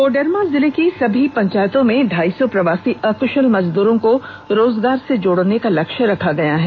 कोडरमा जिले की सभी पंचायतों में ढाई सौ प्रवासी अक्शल मजदूरों को रोजगार से जोड़ने का लक्ष्य रखा गया है